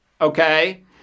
Okay